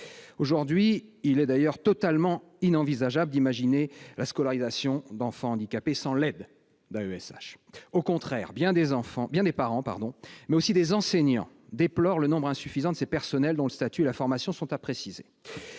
aujourd'hui totalement inenvisageable d'imaginer scolariser des enfants handicapés sans l'aide d'AESH ; au contraire, bien des parents, mais aussi bien des enseignants, déplorent le nombre insuffisant de ces professionnels, dont le statut et la formation sont à préciser.